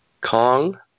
Kong